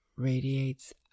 Radiates